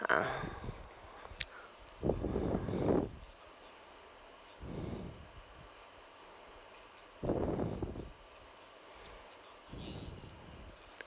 uh